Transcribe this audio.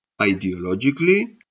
Ideologically